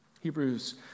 Hebrews